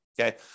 okay